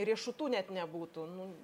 riešutų net nebūtų nu